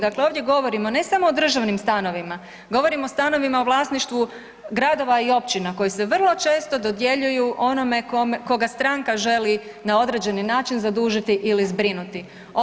Dakle, ovdje govorimo ne samo o državnim stanovima, govorimo o stanovima u vlasništvu gradova i općina koji se vrlo često dodjeljuju onome koga stranka želi na određeni način zadužiti ili zbrinuti.